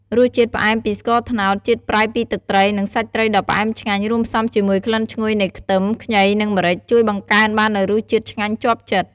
រសជាតិផ្អែមពីស្ករត្នោត ជាតិប្រៃពីទឹកត្រី និងសាច់ត្រីដ៏ផ្អែមឆ្ងាញ់ រួមផ្សំជាមួយក្លិនឈ្ងុយនៃខ្ទឹម ខ្ញី និងម្រេច ជួយបង្កើនបាននូវរសជាតិឆ្ងាញ់ជាប់ចិត្ត។